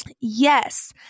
Yes